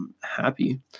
happy